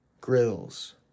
Grills